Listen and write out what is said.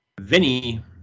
Vinny